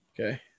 Okay